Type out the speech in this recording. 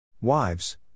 Wives